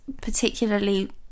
particularly